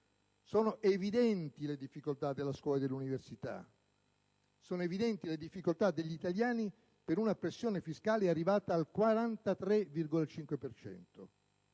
Sono evidenti le difficoltà della scuola e dell'università. Sono evidenti le difficoltà degli italiani per una pressione fiscale arrivata al 43,5